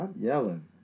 yelling